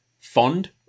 fond